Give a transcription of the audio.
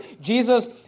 Jesus